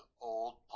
old